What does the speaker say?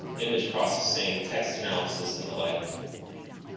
image processing, text analysis, and the like.